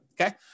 Okay